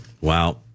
Wow